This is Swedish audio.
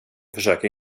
försöker